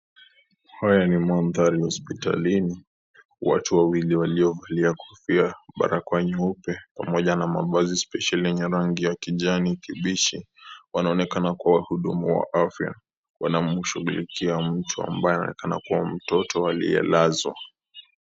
Haya ni mandhari ya hospitalini, watu wawili waliovalia kofia, barakoa nyeupe pamoja na mavazi specieli yenye rangi ya kijani kimbichi wanaonekana kuwa wahudumu wa afya, wanamshughulikia mtu ambaye anaonekana kuwa mtoto aliyelazwa.